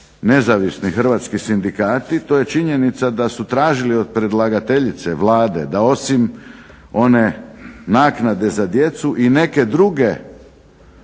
Nezavisni hrvatski sindikati to je činjenica da su tražili od predlagateljice Vlade da osim one naknade za djecu i neke druge